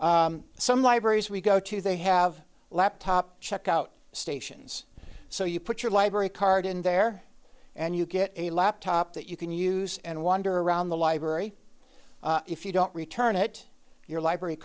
some libraries we go to they have laptop checkout stations so you put your library card in there and you get a laptop that you can use and wander around the library if you don't return it your library